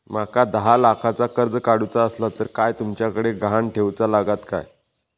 माका दहा लाखाचा कर्ज काढूचा असला तर काय तुमच्याकडे ग्हाण ठेवूचा लागात काय?